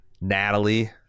Natalie